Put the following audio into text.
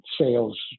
sales